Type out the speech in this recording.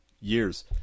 years